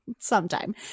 sometime